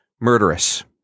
murderous